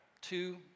two